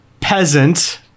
Peasant